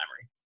memory